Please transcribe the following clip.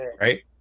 right